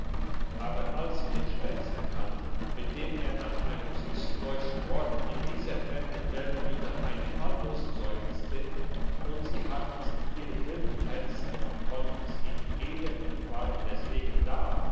aber als sie den schmerz erkannten mit dem er nach einem süssen deutschen wort in dieser fremden welt wie nach einem almosen seufzte und sie hatten's in ihrem milden herzen und konnten's ihm geben und waren deswegen da